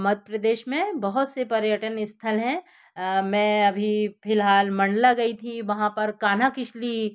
मध्य प्रदेश में बहुत से पर्यटन स्थल हैं मैं अभी फ़िलहाल मंडला गई थी वहाँ पर कान्हा किसली